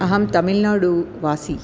अहं तमिल्नाडुवासी